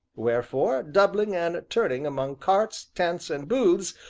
wherefore, doubling and turning among carts, tents, and booths,